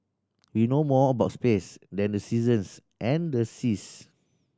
we know more about space than the seasons and the seas